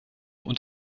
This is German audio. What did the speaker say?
und